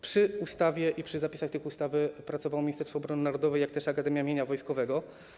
Przy ustawie, przy zapisach tej ustawy pracowało Ministerstwo Obrony Narodowej, jak też akademia mienia wojskowego.